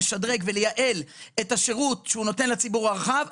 לשדרג ולייעל את השירות שהוא נותן לציבור הרחב,